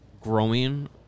growing